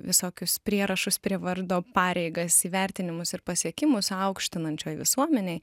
visokius prierašus prie vardo pareigas įvertinimus ir pasiekimus aukštinančioj visuomenėj